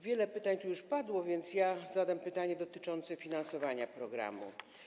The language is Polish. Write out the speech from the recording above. Wiele pytań tu już padło, a ja zadam pytanie dotyczące finansowania tego programu.